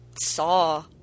saw